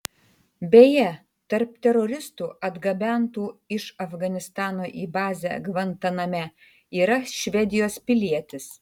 beje tarp teroristų atgabentų iš afganistano į bazę gvantaname yra švedijos pilietis